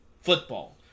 football